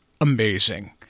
amazing